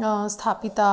स्थापिता